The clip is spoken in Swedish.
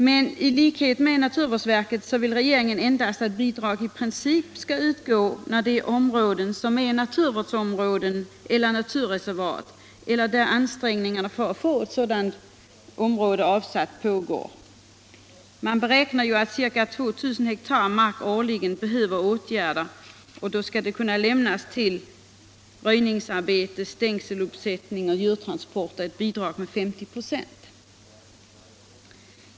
Men i likhet med naturvårdsverket vill regeringen endast att bidrag i princip skall utgå för naturvårdsområden eller naturreservat eller där ansträngningar pågår för att få ett sådant område avsatt. Man beräknar att ca 2000 ha årligen behöver åtgärdas. Det skall då för röjningsarbete, stängseluppsättning och djurtransporter kunna lämnas bidrag med 50 96.